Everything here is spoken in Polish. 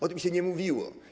O tym się nie mówiło.